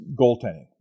goaltending